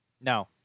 No